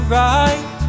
right